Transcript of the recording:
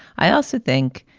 i also think.